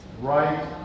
right